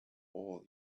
all